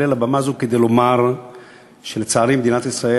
לבמה זו כדי לומר שלצערי במדינת ישראל,